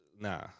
Nah